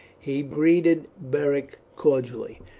he greeted beric cordially.